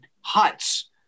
huts